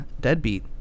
deadbeat